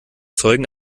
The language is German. zeugen